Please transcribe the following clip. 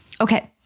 okay